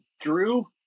Drew